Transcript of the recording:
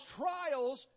trials